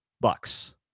bucks